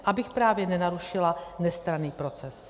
Abych právě nenarušila nestranný proces.